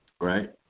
right